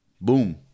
Boom